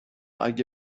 اگه